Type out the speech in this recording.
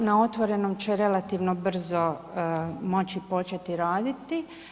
Kina na otvorenom će relativno brzo moći početi raditi.